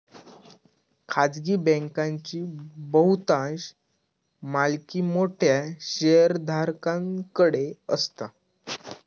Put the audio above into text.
खाजगी बँकांची बहुतांश मालकी मोठ्या शेयरधारकांकडे असता